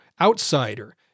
outsider